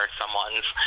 someone's